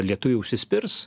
lietuviai užsispirs